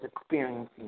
experiencing